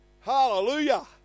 Hallelujah